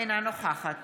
אינה נוכחת